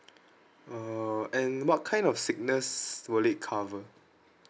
uh and what kind of sickness will it cover